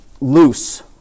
loose